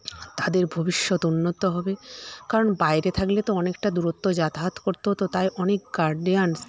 তাদের ভবিষ্যৎ উন্নত হবে কারণ বাইরে থাকলে তো অনেকটা দূরত্ব যাতায়াত করতে হত তাই অনেক গার্ডিয়ানস